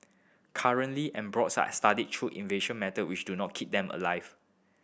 currently embryos are studied through invasive method which do not keep them alive